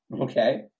okay